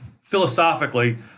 philosophically